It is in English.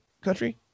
country